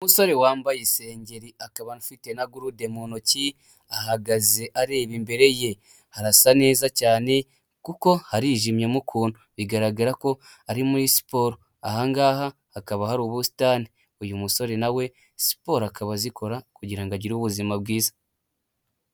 Umusore wambaye isengeri akaba afite na gurude mu ntoki, ahagaze areba imbere ye. Harasa neza cyane kuko harijimye mo ukuntu, bigaragara ko ari muri siporo. Ahangaha hakaba hari ubusitani. Uyu musore nawe siporo akaba azikora kugirango agire ubuzima bwiza.